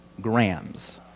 grams